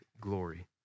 glory